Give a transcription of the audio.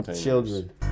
children